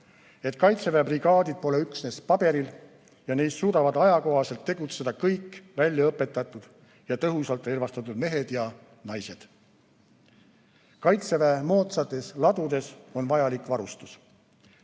kaitseväe brigaadid pole üksnes paberil ja neis suudavad asjakohaselt tegutseda kõik väljaõpetatud ja tõhusalt relvastatud mehed ja naised. Kaitseväe moodsates ladudes on vajalik varustus.